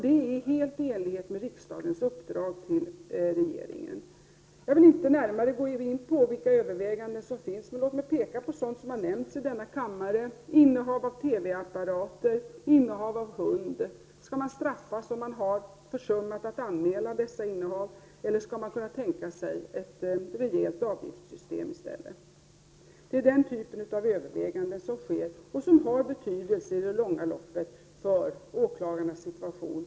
Det är helt i enlighet med riksdagens uppdrag till regeringen. Jag vill inte närmare gå in på vilka överväganden som finns. Låt mig peka på sådant som har nämnts i denna kammare: innehav av TV-apparater och innehav av hund. Skall en person straffas om han har försummat att anmäla dessa innehav, eller skulle man kunna tänka sig ett rejält avgiftssystem i stället? Det är den typen av överväganden som sker och som i längden har betydelse för åklagarnas situation.